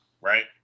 Right